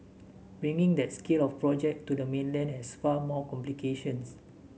bringing that scale of project to the mainland has far more complications